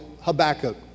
Habakkuk